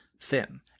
thin